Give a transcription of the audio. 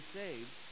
saved